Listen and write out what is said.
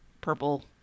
purple